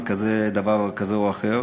לדבר כזה או אחר.